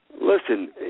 listen